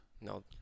No